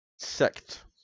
Sect